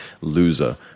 loser